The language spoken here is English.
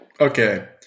Okay